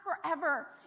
forever